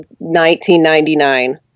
1999